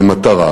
במטרה